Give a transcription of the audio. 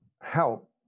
help